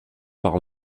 par